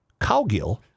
Cowgill